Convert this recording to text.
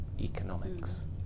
economics